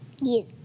Yes